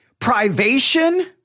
privation